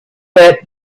pad